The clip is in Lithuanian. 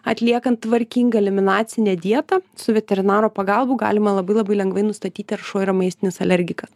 atliekant tvarkingą eliminacinę dietą su veterinaro pagalba galima labai labai lengvai nustatyti ar šuo yra maistinis alergikas